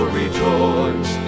rejoice